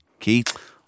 Keith